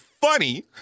funny